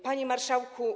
Panie Marszałku!